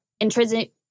intrinsic